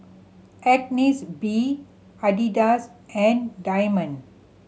Agnes B Adidas and Diamond